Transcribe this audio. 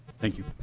thank you.